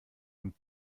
und